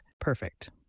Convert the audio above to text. Perfect